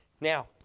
Now